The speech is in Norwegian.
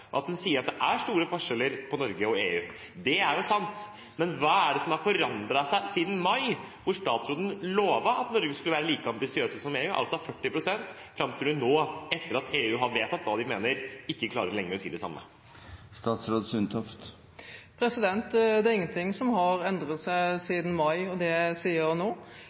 hun sier at det er store forskjeller på Norge og EU. Det er jo sant, men hva er det som har forandret seg siden mai, da statsråden lovte at Norge skulle være like ambisiøse som EU, altså 40 pst., og fram nå, etter at EU har vedtatt hva de mener, da hun ikke lenger klarer å si det samme? Det er ingenting som har endret seg siden mai – det jeg sa da og det jeg sier nå.